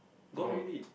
gone already